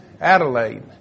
Adelaide